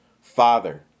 father